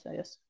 yes